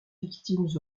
victimes